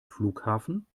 flughafen